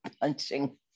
punching